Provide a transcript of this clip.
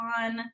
on